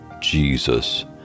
Jesus